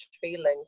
feelings